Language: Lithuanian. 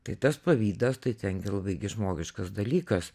tai tas pavydas tai tengi labai gi žmogiškas dalykas